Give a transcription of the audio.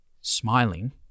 smiling